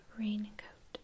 raincoat